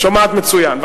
שומעת מצוין.